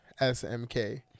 smk